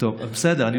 זה